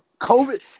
COVID